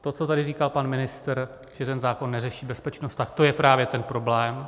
To, co tady říkal pan ministr, že ten zákon neřeší bezpečnost, tak to je právě ten problém.